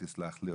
תסלח לי,